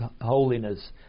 holiness